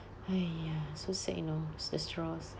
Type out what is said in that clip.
!haiya! so sad you know the straws